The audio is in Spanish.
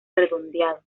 redondeado